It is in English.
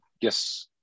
Yes